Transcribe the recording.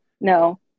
No